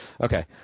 Okay